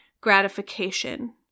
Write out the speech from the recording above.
gratification